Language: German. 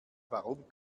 warum